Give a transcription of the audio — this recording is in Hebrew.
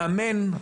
מאמן,